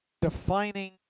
defining